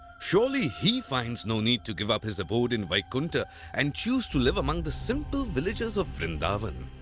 surely he finds no need to give up his abode in vaikunta and chose to live among the simple villagers of vrindavan!